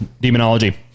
demonology